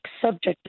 subject